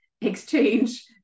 exchange